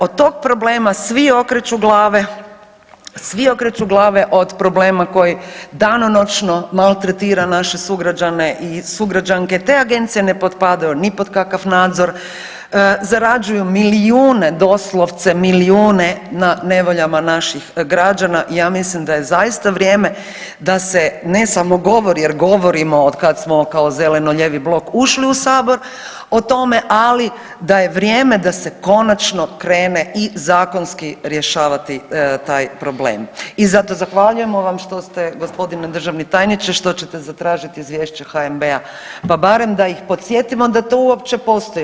Od tog problema svi okreću glave, svi okreću glave od problema koji danonoćno maltretira naše sugrađane i sugrađanke te agencija ne potpadaju ni pod kakav nadzor, zarađuju milijune, doslovce milijune na nevoljama naših građana, ja mislim da je zaista vrijeme da se ne samo govori, jer govorimo od kad smo kao zeleno-lijevi blok ušli u Sabor o tome, ali da je vrijeme da se konačno krene i zakonski rješavati taj problem i zato zahvaljujemo vam što ste, g. državni tajniče, što ćete zatražiti izvješće HNB-a, pa barem da ih podsjetimo da to uopće postoji.